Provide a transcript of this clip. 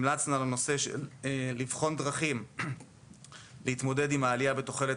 המלצנו על בחינת דרכים להתמודד על העלייה בתוחלת